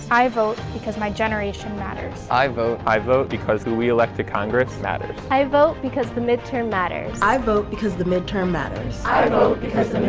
i vote because my generation matters. i vote i vote because we elect the congress matters. i vote because the midterm matters. i vote because the midterm matters. i vote because